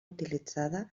utilitzada